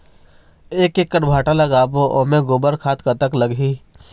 एक एकड़ भांटा लगाबो ओमे गोबर खाद कतक लगही?